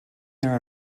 there